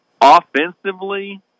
Offensively